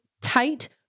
tight